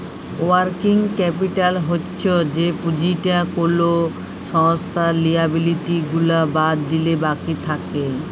working capital হচ্ছ যে পুঁজিটা কোলো সংস্থার লিয়াবিলিটি গুলা বাদ দিলে বাকি থাক্যে